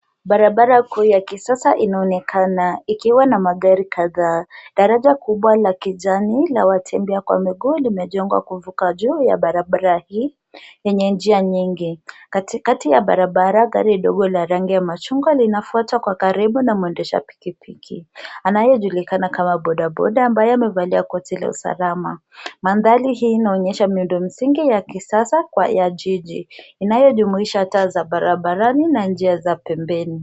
Barabara kuu ya kisasa inaonekana ikiwa na magari kadhaa. Daraja kubwa la kijani la watembea miguu imejengwa juu ya barabara hii yenye njia nyingi. Katikati ya barabara kuna gari dogo la rangi ya machungwa inafuatwa kwa karibu na mwendeshaji pikipiki anayejulikana kama boda boda ambaye amevalia koti ya usalama. Mandhari hii inaonyesha miundo msingi ya kisas ya jiji inayojumuisha taa ya barabarani na njia za pembeni.